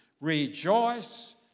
Rejoice